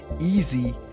easy